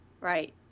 Right